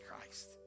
Christ